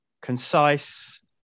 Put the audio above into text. concise